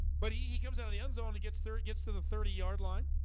but he he comes out of the end zone he gets through it gets to the thirty yard line